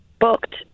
booked